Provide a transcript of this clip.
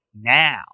now